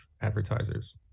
advertisers